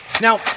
Now